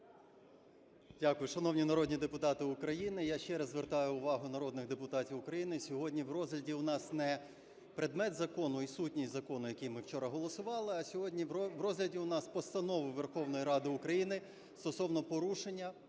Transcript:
Дякую. Шановні народні депутати України, я ще раз звертаю увагу народних депутатів України: сьогодні в розгляді у нас не предмет закону і сутність закону, який ми вчора голосували, а сьогодні в розгляді у нас постанови Верховної Ради України стосовно порушення